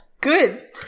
good